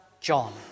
John